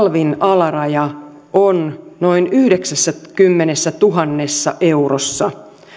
alvin alaraja on noin yhdeksässäkymmenessätuhannessa eurossa